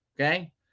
Okay